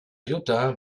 jutta